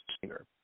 singer